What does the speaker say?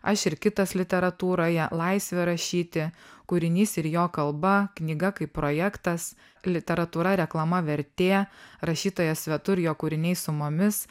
aš ir kitas literatūroje laisvė rašyti kūrinys ir jo kalba knyga kaip projektas literatūra reklama vertė rašytojas svetur jo kūriniai su mumis